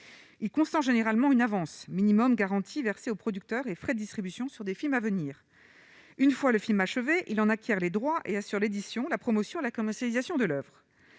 il consent généralement une avance minimum garanti versé aux producteurs et frais distribution sur des films à venir une fois le film achevé il en acquiert les droits, et assure l'édition, la promotion, la commercialisation de l'oeuvre,